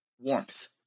warmth